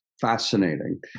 fascinating